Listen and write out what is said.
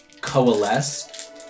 coalesce